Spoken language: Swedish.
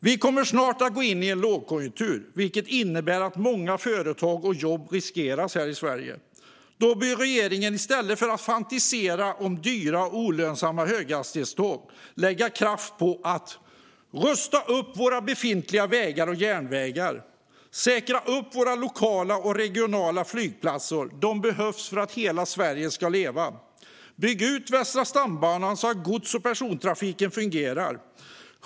Vi kommer snart att gå in i en lågkonjunktur, vilket innebär att många företag och jobb riskeras i Sverige. Då bör regeringen i stället för att fantisera om dyra och olönsamma höghastighetståg lägga kraft på att rusta upp våra befintliga vägar och järnvägar samt säkra våra lokala och regionala flygplatser. De behövs för att hela Sverige ska leva. Bygg ut Västra stambanan, så att gods och persontrafiken fungerar!